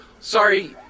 Sorry